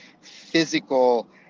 physical